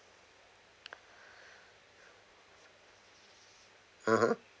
(uh huh)